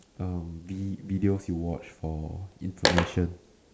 uh vi~ videos you watch for information